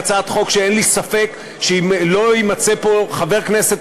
היא הצעת חוק שאין לי ספק שלא יימצא פה חבר כנסת